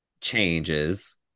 changes